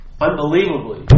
unbelievably